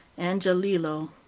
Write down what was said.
angiolillo.